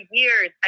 years